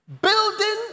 Building